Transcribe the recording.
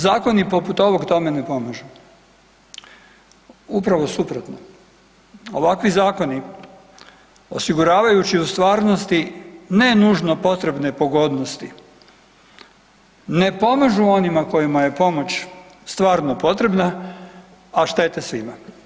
Zakoni poput ovog tome ne pomažu, upravo suprotno ovakvi zakoni osiguravajući u stvarnosti ne nužno potrebne pogodnosti, ne pomažu onima kojima je pomoć stvarno potrebna, a štete svima.